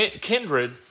Kindred